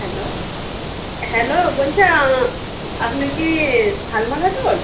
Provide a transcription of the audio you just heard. hello hello বলছি আপনি কি সালমা খাতুন